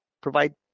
provide